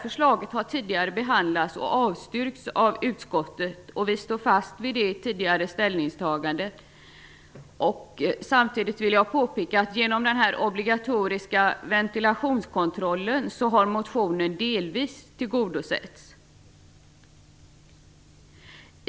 Förslaget har tidigare behandlats och avstyrkts av utskottet, och vi står fast vid det tidigare ställningstagandet. Samtidigt vill jag påpeka att motionen delvis har tillgodosetts genom den obligatoriska ventilationskontrollen.